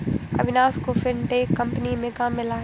अविनाश को fintech company में काम मिला है